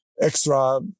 extra